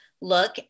look